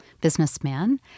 businessman